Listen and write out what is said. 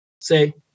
say